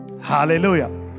Hallelujah